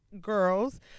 girls